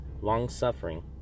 long-suffering